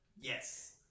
Yes